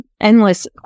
endless